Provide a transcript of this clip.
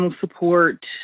support